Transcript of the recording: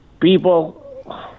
people